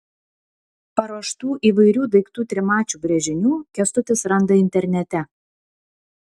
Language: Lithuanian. paruoštų įvairių daiktų trimačių brėžinių kęstutis randa internete